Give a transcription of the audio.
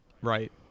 right